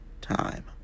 time